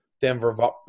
Denver